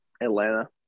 Atlanta